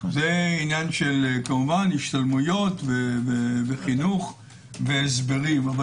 זה כמובן עניין של השתלמויות וחינוך והסברים אבל